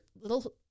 little